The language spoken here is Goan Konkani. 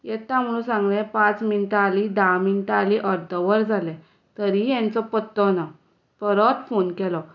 येता म्हणून सांगलें पांच मिणटां जालीं धा मिणटां जालीं अर्द वर जालें तरीय हांचो पत्तो ना परत फोन केलो